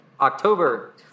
October